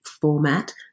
format